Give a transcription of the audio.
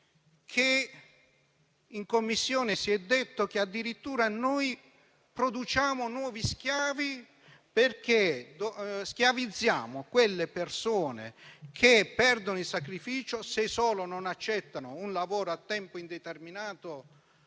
In Commissione si è detto che addirittura noi produciamo nuovi schiavi, perché schiavizziamo quelle persone che perdono il beneficio se solo non accettano un lavoro a tempo indeterminato